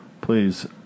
please